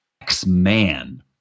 X-Man